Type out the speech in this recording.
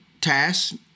tasks